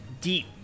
deep